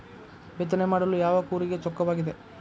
ಬಿತ್ತನೆ ಮಾಡಲು ಯಾವ ಕೂರಿಗೆ ಚೊಕ್ಕವಾಗಿದೆ?